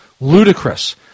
ludicrous